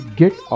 get